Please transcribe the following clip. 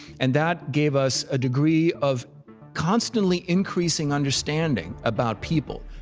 and that gave us a degree of constantly increasing understanding about people.